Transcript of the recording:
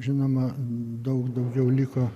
žinoma daug daugiau liko